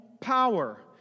power